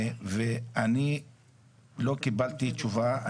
ואני לא קיבלתי תשובה.